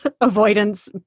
Avoidance